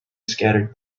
scattered